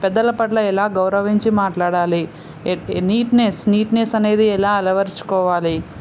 పెద్దల పట్ల ఎలా గౌరవించి మాట్లాడాలి నీట్నెస్ నీట్నెస్ అనేది ఎలా అలవర్చుకోవాలి